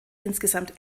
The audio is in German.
insgesamt